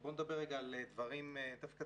ובוא נדבר דווקא על דברים טובים.